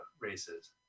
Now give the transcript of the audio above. races